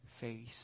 face